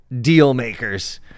deal-makers